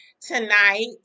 tonight